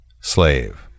Slave